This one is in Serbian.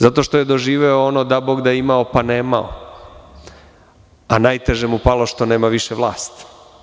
Zato što je doživeo ono – da Bog da imao, pa nemao, a najteže mu palo što nema više vlast.